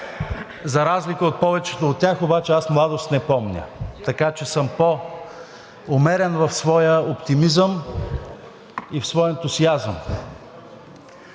За разлика от повечето от тях обаче аз „младост не помня“, така че съм по-умерен в своя оптимизъм и в своя ентусиазъм.